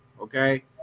Okay